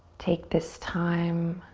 take this time